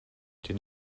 did